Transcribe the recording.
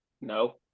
no